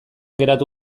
geratu